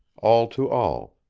all to all,